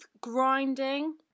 grinding